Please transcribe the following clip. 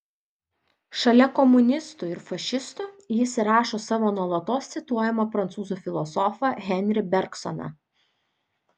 šalia komunistų ir fašistų jis įrašo savo nuolatos cituojamą prancūzų filosofą henri bergsoną